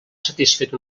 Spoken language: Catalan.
satisfet